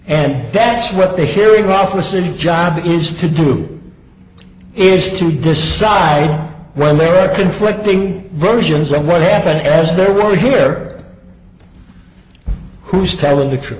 and that's what the hearing officer job is to do is to decide when there are conflicting versions of what happened as there were here who's telling the truth